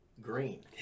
green